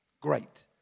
great